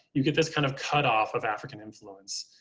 you get this kind of cut off of african influence,